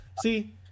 See